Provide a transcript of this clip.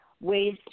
ways